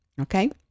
okay